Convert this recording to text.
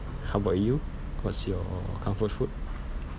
how about you what's your comfort food